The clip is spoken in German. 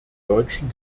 deutschen